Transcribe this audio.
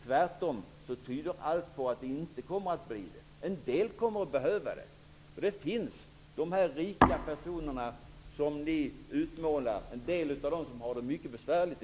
Tvärtom tyder allt på att det inte kommer att bli det. En del kommer att behöva det. En del av dessa rika personer -- som ni utmålar det -- har det i dag mycket besvärligt.